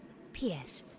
p s.